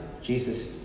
Jesus